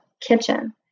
kitchen